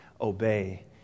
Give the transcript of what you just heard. obey